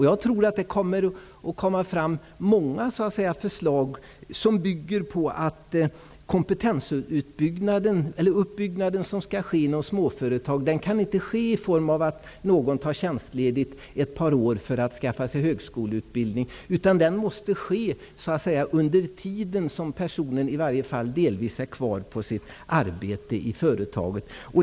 Jag tror att det kommer många förslag som bygger på att den kompetensuppbyggnad som skall ske inom småföretag inte kan ske genom att någon tar tjänstledigt ett par år för att skaffa sig högskoleutbildning, utan måste ske under tiden som personen -- i varje fall delvis -- är kvar på sitt arbete i företaget.